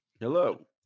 Hello